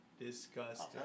disgusting